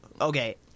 Okay